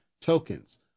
tokens